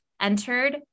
entered